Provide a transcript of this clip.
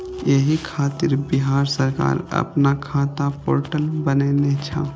एहि खातिर बिहार सरकार अपना खाता पोर्टल बनेने छै